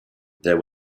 there